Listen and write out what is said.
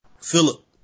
Philip